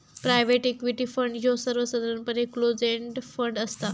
private equity fund ह्यो सर्वसाधारणपणे close end fund असता